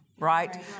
Right